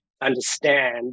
understand